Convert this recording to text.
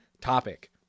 topic